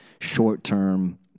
short-term